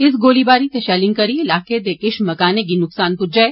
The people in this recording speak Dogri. इस गोलीबारी च ते शैलिंग करी इलाके दे किश मकानें गी नुक्सान पुज्जा ऐ